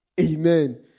Amen